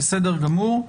בסדר גמור.